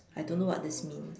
I don't know what this means